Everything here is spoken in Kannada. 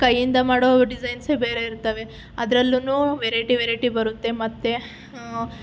ಕೈಯ್ಯಿಂದ ಮಾಡೋ ಡಿಸೈನ್ಸೇ ಬೇರೆ ಇರ್ತಾವೆ ಅದರಲ್ಲೂನು ವೆರೈಟಿ ವೆರೈಟಿ ಬರುತ್ತೆ ಮತ್ತೆ